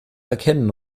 erkennen